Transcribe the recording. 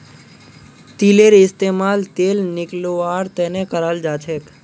तिलेर इस्तेमाल तेल निकलौव्वार तने कराल जाछेक